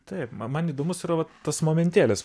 taip man įdomusyra va tas momentėlis